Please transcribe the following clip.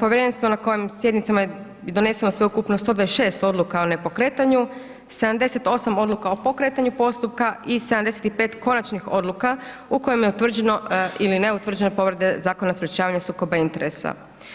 povjerenstvo na kojim sjednicama je doneseno sveukupno 126 odluka o nepokretanju, 78 o pokretanju postupka i 75 konačnih odluka u kojim je utvrđeno ili neutvrđeno povrede Zakona o sprječavanju sukoba interesa.